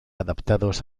adaptados